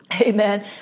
Amen